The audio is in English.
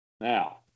Now